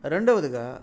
రెండవదిగా